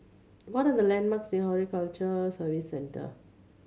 what are the landmarks near Horticulture Services Centre